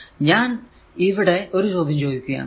ഞാൻ ഇവിടെ ഒരു ചോദ്യം ചോദിക്കുകയാണ്